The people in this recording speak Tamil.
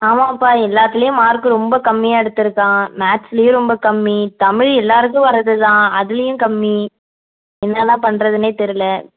ஆமாம்பா எல்லாத்துலேயும் மார்க் ரொம்ப கம்மியாக எடுத்திருக்கான் மேக்ஸ்லேயும் ரொம்ப கம்மி தமிழ் எல்லாேருக்கும் வர்றதுதான் அதுலேயும் கம்மி என்னதான் பண்ணுறதுனே தெரில